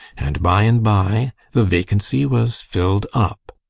and by and by the vacancy was filled up.